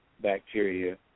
bacteria